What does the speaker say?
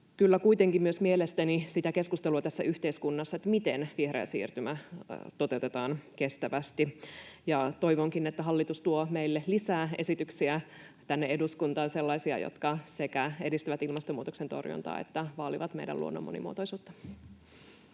kuitenkin myös mielestäni sitä keskustelua tässä yhteiskunnassa, miten vihreä siirtymä toteutetaan kestävästi. Toivonkin, että hallitus tuo meille lisää esityksiä tänne eduskuntaan, sellaisia, jotka sekä edistävät ilmastonmuutoksen torjuntaa että vaalivat meidän luonnon monimuotoisuutta.